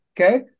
okay